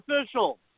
official